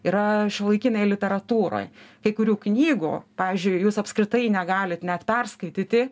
yra šiuolaikinėj literatūroj kai kurių knygų pavyzdžiui jūs apskritai negalit net perskaityti